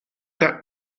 that